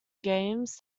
games